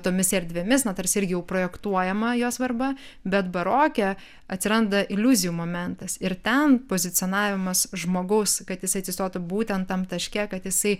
tomis erdvėmis na tarsi ir jau projektuojama jo svarba bet baroke atsiranda iliuzijų momentas ir ten pozicionavimas žmogaus kad jisai atsistotų būtent tam taške kad jisai